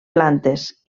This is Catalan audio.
plantes